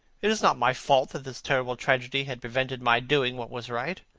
it is not my fault that this terrible tragedy has prevented my doing what was right.